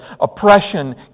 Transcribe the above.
Oppression